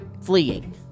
fleeing